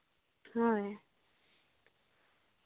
ᱦᱳᱭ